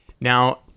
Now